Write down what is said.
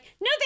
no